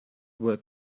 work